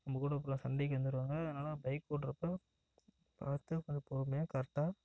நம்ம கூட அப்புறோம் சண்டைக்கு வந்துருவாங்க அதனால் பைக் ஓட்றப்போ பார்த்து கொஞ்ச பொறுமையாக கரெட்டாக